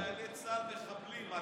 חיילי צה"ל מחבלים.